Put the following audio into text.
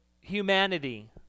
humanity